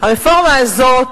הרפורמה הזאת,